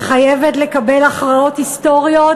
חייבת לקבל הכרעות היסטוריות,